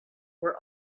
were